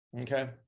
Okay